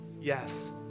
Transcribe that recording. yes